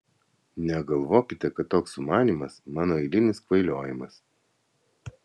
negalvokite kad toks sumanymas mano eilinis kvailiojimas